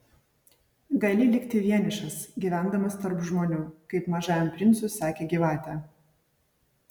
gali likti vienišas gyvendamas tarp žmonių kaip mažajam princui sakė gyvatė